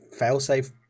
failsafe